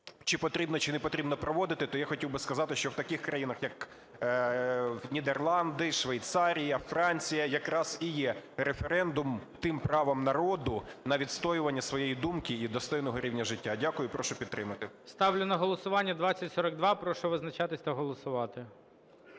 чи потрібно, чи не потрібно проводити, то я хотів би сказати, що в таких країнах, як Нідерланди, Швейцарія, Франція якраз і є референдум тим правом народу на відстоювання своєї думки і достойного рівня життя. Дякую. Прошу підтримати. ГОЛОВУЮЧИЙ. Ставлю на голосування 2042. Прошу визначатись та голосувати.